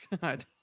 God